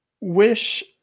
Wish